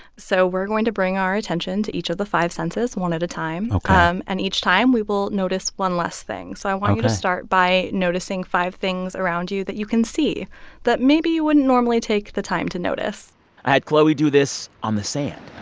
so we're going to bring our attention to each of the five senses, one at a time ok um and each time, we will notice one less thing ok so i want you to start by noticing five things around you that you can see that maybe you wouldn't normally take the time to notice i had chloe do this on the sand